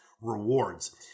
rewards